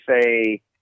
say